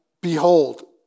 Behold